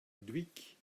dhuicq